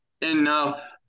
enough